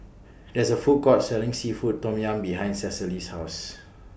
There IS A Food Court Selling Seafood Tom Yum behind Cecily's House